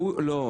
70,000. לא,